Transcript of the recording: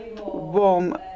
warm